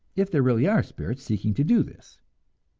if there really are spirits seeking to do this.